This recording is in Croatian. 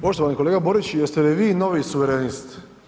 Poštovani kolega Borić jeste li vi novi suverenist?